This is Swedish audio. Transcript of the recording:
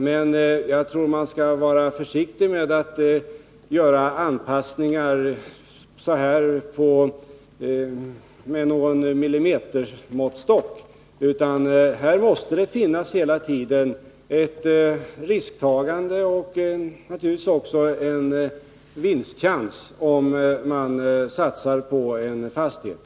Men jag tror att man bör vara försiktig med att göra anpassningar med hjälp av en millimetermåttstock. Här måste det hela tiden finnas ett risktagande och naturligtvis också en vinstchans, om man satsar på en fastighet.